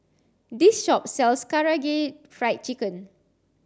this shop sells Karaage Fried Chicken